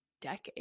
decades